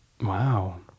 Wow